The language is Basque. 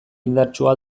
indartsua